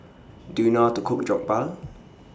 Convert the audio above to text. Do YOU know How to Cook Jokbal